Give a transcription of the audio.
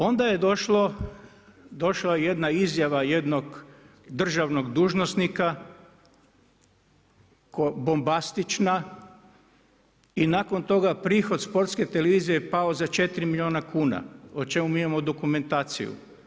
Onda je došla jedna izjava jednog državnog dužnosnika bombastična i nakon toga prihod Sportske televizije je pao za 4 milijuna kuna, o čemu mi imamo dokumentaciju.